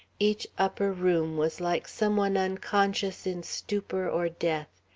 each upper room was like some one unconscious in stupor or death,